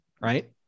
Right